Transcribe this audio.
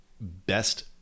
best